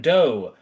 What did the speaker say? Doe